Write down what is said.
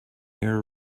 your